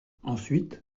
ensuite